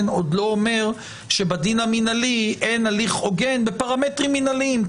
עוד לא אומר שבדין המינהלי אין הליך הוגן בפרמטרים מינהליים.